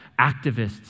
activists